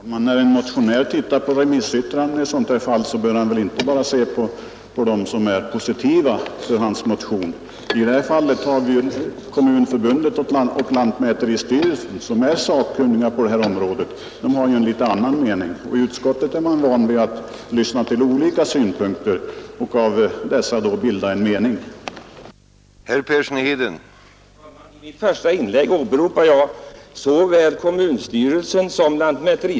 Herr talman! När en motionär läser remissyttrandena bör han inte bara se på dem som är positiva till hans motion. I detta fall har Kommunförbundet och lantmäteristyrelsen, som är sakkunniga på detta område, en annan mening, och i utskottet är man van vid att lyssna på olika synpunkter och sedan bilda sig en uppfattning i ett ärende.